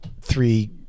three